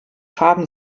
farben